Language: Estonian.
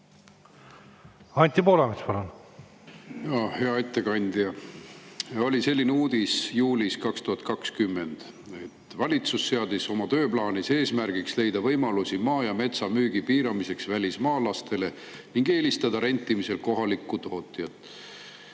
Anti Poolamets, palun! Hea ettekandja! Juulis 2020 oli selline uudis, et valitsus seadis oma tööplaanis eesmärgiks leida võimalusi maa ja metsa müügi piiramiseks välismaalastele ning eelistada rentimisel kohalikku tootjat.